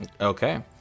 Okay